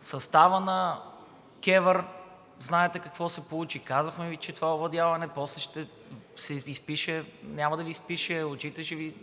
състава на КЕВР знаете какво се получи – казахме Ви, че това е овладяване. После няма да Ви изпише очите, ще ги